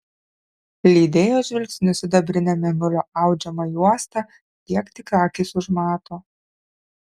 lydėjo žvilgsniu sidabrinę mėnulio audžiamą juostą kiek tik akys užmato